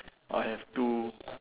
I have two